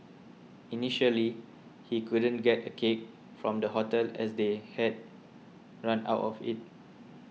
initially he couldn't get a cake from the hotel as they had run out of it